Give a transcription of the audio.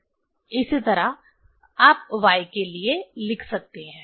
इसी तरह आप y के लिए लिख सकते हैं